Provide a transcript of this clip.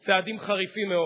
צעדים חריפים מאוד.